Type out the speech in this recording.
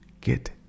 Get